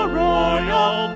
royal